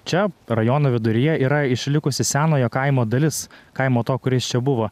čia rajono viduryje yra išlikusi senojo kaimo dalis kaimo to kuris čia buvo